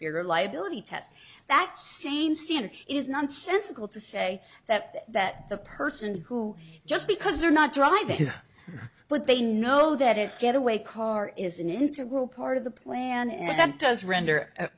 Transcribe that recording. or liability test that same standard is nonsensical to say that that the person who just because they're not driving but they know that if getaway car is an integral part of the plan and that does render a